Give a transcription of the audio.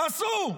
תעשו.